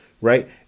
right